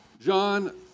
John